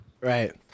Right